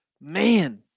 man